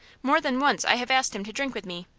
more than once i have asked him to drink with me,